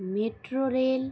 metro rail